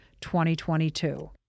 2022